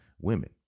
women